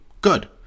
Good